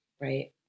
right